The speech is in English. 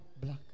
black